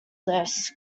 this